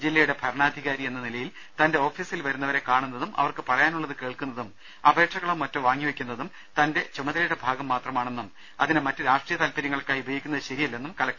ജില്ലയുടെ ഭരണാധികാരിയെന്ന നിലയിൽ തന്റെ ഓഫീസിൽ വരുന്നവരെ കാണുന്നതും അവർക്ക് പറയാനുള്ളത് കേൾക്കുന്നതും അപേക്ഷകളോ മറ്റോ വാങ്ങിവയ്ക്കുന്നതും തന്റെ ചുമതലയുടെ ഭാഗം മാത്രമാണെന്നും അതിനെ മറ്റ് രാഷ്ട്രീയ താൽപര്യങ്ങൾക്കായി ഉപയോഗിക്കുന്നത് ശരിയ ല്ലെന്നും കലക്ടർ പറഞ്ഞു